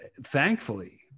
thankfully